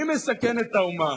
מי מסכן את האומה?